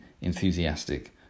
enthusiastic